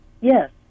Yes